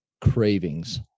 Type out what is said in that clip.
cravings